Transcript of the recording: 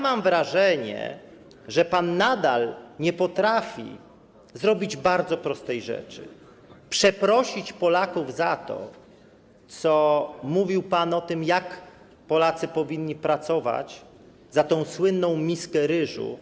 Mam wrażenie, że pan nadal nie potrafi zrobić bardzo prostej rzeczy: przeprosić Polaków za to, co mówił pan na temat tego, jak Polacy powinni pracować za słynną miskę ryżu.